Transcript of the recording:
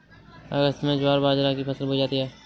अगस्त में ज्वार बाजरा की फसल बोई जाती हैं